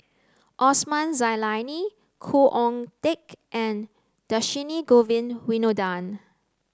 Osman Zailani Khoo Oon Teik and Dhershini Govin Winodan